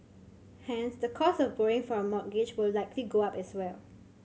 hence the cost of borrowing for a mortgage will likely go up as well